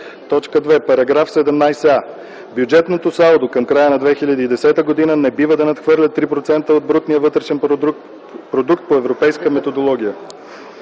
2. „§ 17а. Бюджетното салдо към края на 2010 г. не бива да надхвърля 3% от брутния вътрешен продукт по европейската методология.”